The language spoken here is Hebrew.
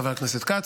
חוק ומשפט,